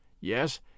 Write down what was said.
Yes